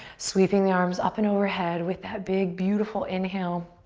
sweeping the arms up and overhead with that big, beautiful inhale,